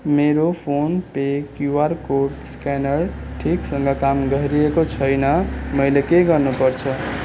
मेरो फोन पे QR code scanner ठिकसँग काम गरिएको छैन मैले के गर्नुपर्छ